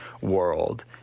world